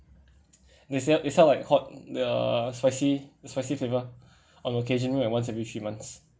they sell they sell like hot the spicy spicy flavour on occasional like once every few months